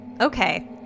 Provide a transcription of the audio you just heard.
Okay